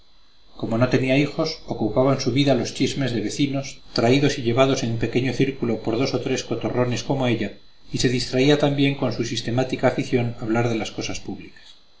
como no tenía hijos ocupaban su vida los chismes de vecinos traídos y llevados en pequeño círculo por dos o tres cotorrones como ella y se distraía también con su sistemática afición a hablar de las cosas públicas